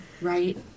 right